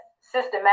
systematic